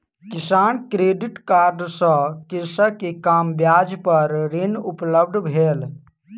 किसान credit card सँ कृषक के कम ब्याज पर ऋण उपलब्ध भेल